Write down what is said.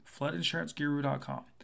floodinsuranceguru.com